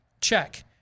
Check